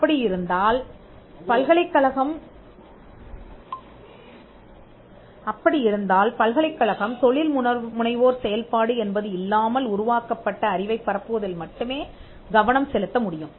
அப்படி இருந்தால் பல்கலைக்கழகம் தொழில்முனைவோர் செயல்பாடு என்பது இல்லாமல் உருவாக்கப்பட்ட அறிவைப் பரப்புவதில் மட்டுமே கவனம் செலுத்த முடியும்